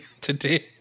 today